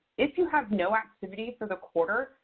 if you have no activity for the quarter,